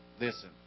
listen